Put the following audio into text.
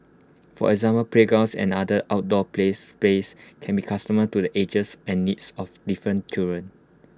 for example playgrounds and other outdoor play spaces can be customised to the ages and needs of different children